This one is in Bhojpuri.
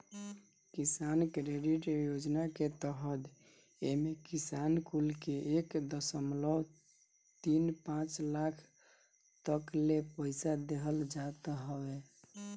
किसान क्रेडिट योजना के तहत एमे किसान कुल के एक दशमलव तीन पाँच लाख तकले पईसा देहल जात हवे